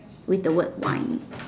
with the word wine